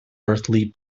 earthly